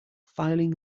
filing